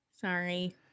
Sorry